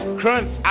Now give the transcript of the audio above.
crunch